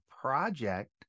project